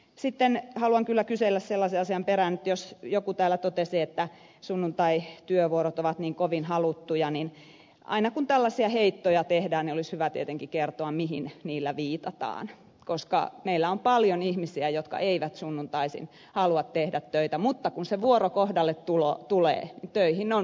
sitten haluan kyllä kysellä sellaisen asian perään että jos joku täällä totesi että sunnuntaityövuorot ovat niin kovin haluttuja niin aina kun tällaisia heittoja tehdään olisi hyvä tietenkin kertoa mihin niillä viitataan koska meillä on paljon ihmisiä jotka eivät sunnuntaisin halua tehdä töitä mutta kun se vuoro kohdalle tulee töihin on